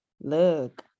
look